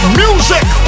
music